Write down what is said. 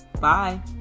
Bye